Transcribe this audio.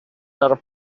are